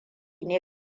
ne